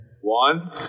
one